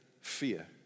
fear